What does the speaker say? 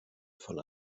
von